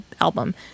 album